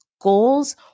goals